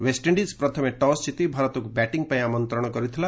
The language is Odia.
ଓ୍ୱେଷ୍ଟଇଣ୍ଡିଜ ଟସ୍ ଜିତି ଭାରତକୁ ବ୍ୟାଟିଂ ପାଇଁ ଆମନ୍ତ୍ରଣ କରିଥିଲା